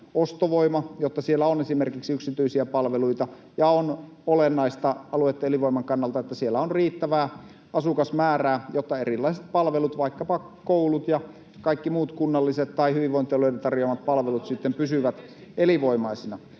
ostovoima, jotta siellä on esimerkiksi yksityisiä palveluita, ja on olennaista alueitten elinvoiman kannalta, että siellä on riittävä asukasmäärä, jotta erilaiset palvelut, vaikkapa koulut ja kaikki muut kunnalliset tai hyvinvointialueiden tarjoamat palvelut, [Tuomas